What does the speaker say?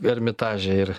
ermitaže ir